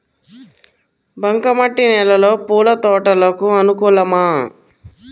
బంక మట్టి నేలలో పూల తోటలకు అనుకూలమా?